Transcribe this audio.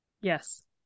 Yes